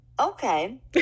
Okay